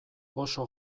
oso